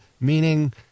meaning